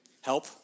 help